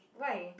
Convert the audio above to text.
why